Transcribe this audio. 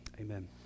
amen